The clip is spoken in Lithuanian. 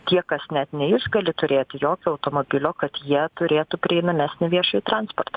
tie kas net neišgali turėti jokio automobilio kad jie turėtų prieinamesnį viešąjį transportą